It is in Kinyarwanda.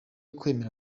kwemera